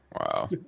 Wow